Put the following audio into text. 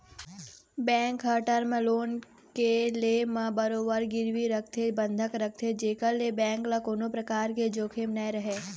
bank ह term loan के ले म बरोबर गिरवी रखथे बंधक रखथे जेखर ले बेंक ल कोनो परकार के जोखिम नइ रहय